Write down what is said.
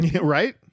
Right